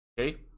Okay